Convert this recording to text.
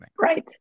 Right